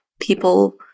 people